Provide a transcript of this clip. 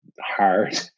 hard